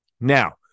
Now